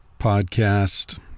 podcast